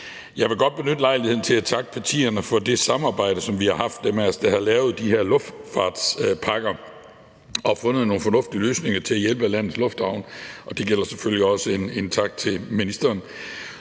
Jeg vil godt benytte lejligheden til at takke partierne for det samarbejde, som dem af os, der har lavet de her luftfartspakker, har haft, og hvor vi har fundet nogle fornuftige løsninger til at hjælpe landets lufthavne, og det gælder selvfølgelig også en tak til ministeren.